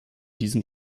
diesen